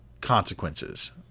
consequences